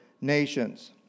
Nations